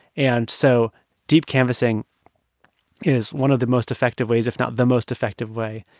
and so deep canvassing is one of the most effective ways, if not the most effective way,